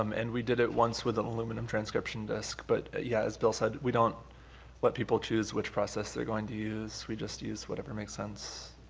um and we did it once with an aluminum transcription disc. but yeah, as bill said, we don't let people choose which process they're going to use, we just use whatever makes sense.